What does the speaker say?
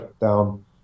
down